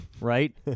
Right